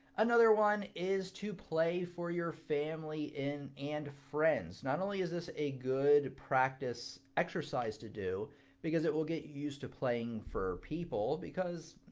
another one is to play for your family and friends. not only is this a good practice exercise to do because it will get used to playing for people because,